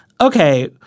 okay